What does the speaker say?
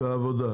ועבודה.